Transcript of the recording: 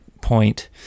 point